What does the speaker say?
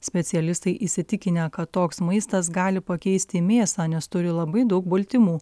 specialistai įsitikinę kad toks maistas gali pakeisti mėsą nes turi labai daug baltymų